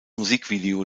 musikvideo